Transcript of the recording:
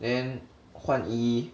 then 换衣